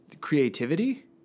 creativity